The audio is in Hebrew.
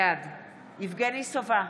בעד יבגני סובה,